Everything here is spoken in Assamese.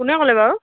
কোনে ক'লে বাৰু